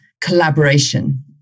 collaboration